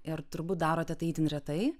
ir turbūt darote tai itin retai